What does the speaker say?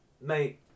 mate